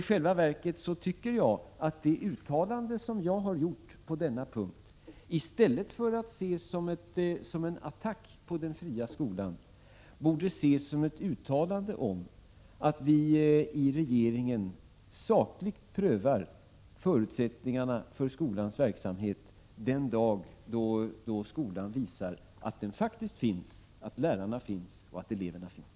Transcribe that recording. I själva verket tycker jag att det uttalande som jag har gjort på denna punkt i stället för att ses som en attack mot den fristående skolan borde ses som ett uttalande om att vi i regeringen sakligt prövar förutsättningarna för skolans verksamhet den dag då den visar att den faktiskt finns, att lärarna finns och att eleverna finns.